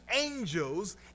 angels